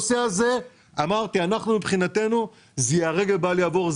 אמרתי שמבחינתנו זה ייהרג ובל יעבור.